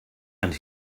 and